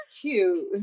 cute